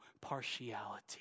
partiality